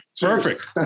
Perfect